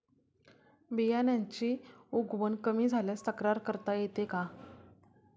बियाण्यांची उगवण कमी झाल्यास तक्रार करता येते का?